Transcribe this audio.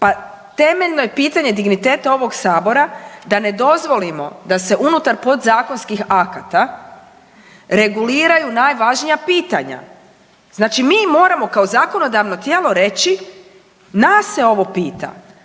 pa temeljno je pitanje digniteta ovog sabora da ne dozvolimo da se unutar podzakonskih akata reguliraju najvažnija pitanja, znači mi moramo kao zakonodavno tijelo reći nas se ovo pita.